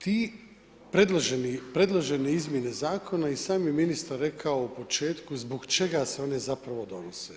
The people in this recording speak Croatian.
Te predložene izmjene zakona i sam je ministar rekao u početku zbog čega se one zapravo donose.